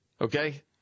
Okay